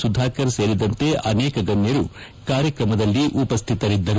ಸುಧಾಕರ್ ಸೇರಿದಂತೆ ಅನೇಕ ಗಣ್ಯರು ಕಾರ್ಯಕ್ರಮದಲ್ಲಿ ಉಪಸ್ಥಿತರಿದ್ದರು